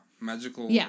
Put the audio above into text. Magical